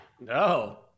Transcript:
No